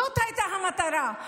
זאת הייתה המטרה,